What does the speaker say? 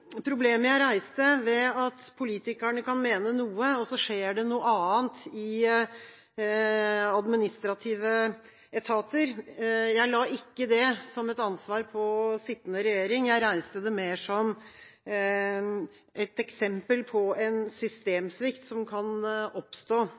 problemet jeg reiste med at politikerne kan mene noe, og så skjer det noe annet i administrative etater, la jeg ikke dermed ansvaret på sittende regjering. Jeg reiste det mer som et eksempel på en